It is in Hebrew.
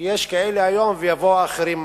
כי יש כאלה היום, ויבואו אחרים מחר.